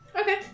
Okay